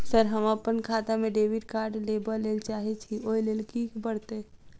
Sir हम अप्पन खाता मे डेबिट कार्ड लेबलेल चाहे छी ओई लेल की परतै?